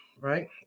right